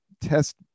test